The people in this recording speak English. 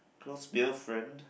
close male friend